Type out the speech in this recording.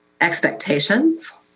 expectations